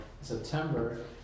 September